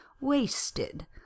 Wasted